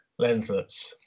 lenslets